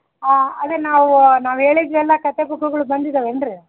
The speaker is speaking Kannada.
ಅದೇ ನಾವು ನಾವು ಹೇಳಿದ್ವಲ್ಲ ಕಥೆ ಬುಕ್ಕುಗಳು ಬಂದಿದಾವೇನು ರೀ